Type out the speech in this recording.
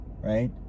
Right